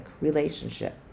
relationship